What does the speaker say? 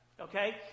Okay